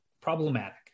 problematic